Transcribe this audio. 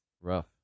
rough